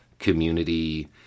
community